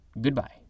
Goodbye